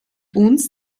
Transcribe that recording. uns